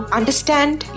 understand